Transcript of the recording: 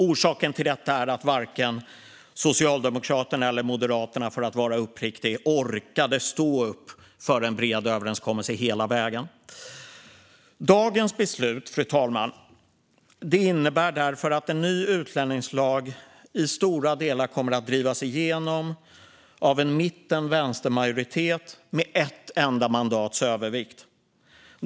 Orsaken till det var att varken Socialdemokraterna eller Moderaterna, för att vara uppriktig, orkade stå upp hela vägen för en bred överenskommelse. Fru talman! Dagens beslut innebär därför att en ny utlänningslag i stora delar kommer att drivas igenom av en mitten-vänster-majoritet med ett enda mandats övervikt.